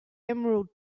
emerald